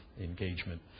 engagement